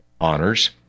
honors